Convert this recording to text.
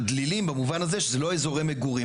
דלילים במובן הזה שזה לא אזורי מגורים.